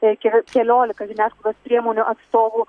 veikė keliolika žiniasklaidos priemonių atstovų